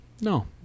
no